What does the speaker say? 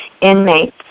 inmates